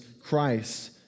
Christ